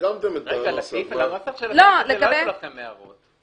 על הנוסח של הסעיף לא היו לכם הערות.